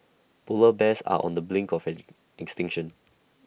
Polar Bears are on the brink of extinction